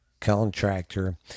contractor